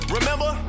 Remember